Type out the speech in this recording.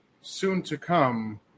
soon-to-come